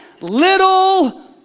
little